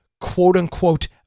quote-unquote